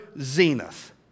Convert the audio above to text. zenith